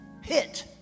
hit